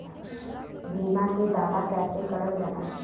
बीमा के दावा कैसे करल जाला?